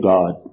God